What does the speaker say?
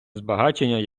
збагачення